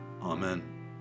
Amen